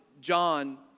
John